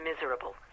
miserable